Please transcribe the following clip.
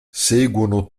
seguono